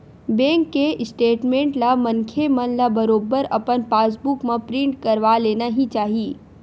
bank के statement ला मनखे मन ल बरोबर अपन पास बुक म प्रिंट करवा लेना ही चाही